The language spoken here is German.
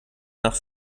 nach